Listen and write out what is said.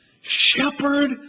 shepherd